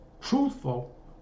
truthful